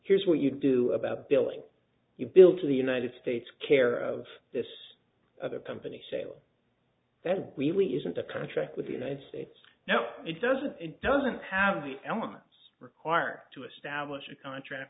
here's what you do about building you build to the united states care of this other company sale that really isn't a contract with the united states now it doesn't it doesn't have the elements required to establish a contract